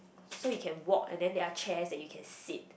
so you can walk and then there are chairs that you can sit